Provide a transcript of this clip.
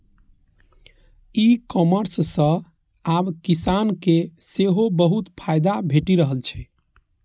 ई commerce सं आब किसान के सेहो बहुत फायदा भेटि रहल छै